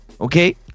okay